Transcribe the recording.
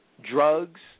Drugs